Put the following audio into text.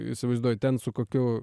įsivaizduoju ten su kokiu